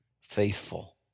faithful